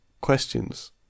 questions